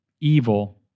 evil